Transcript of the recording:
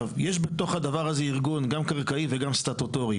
בתוך הדבר הזה יש ארגון, גם קרקעי וגם סטטוטורי.